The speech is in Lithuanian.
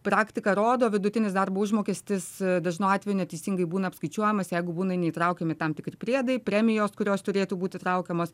praktika rodo vidutinis darbo užmokestis dažnu atveju neteisingai būna apskaičiuojamas jeigu būna neįtraukiami tam tikri priedai premijos kurios turėtų būti įtraukiamos